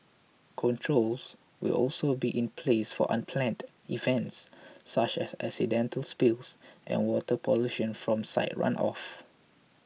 controls will also be in place for unplanned events such as accidental spills and water pollution from site runoff